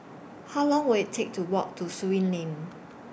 How Long Will IT Take to Walk to Surin Lane